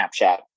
Snapchat